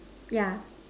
yeah